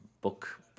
book